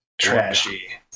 trashy